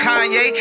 Kanye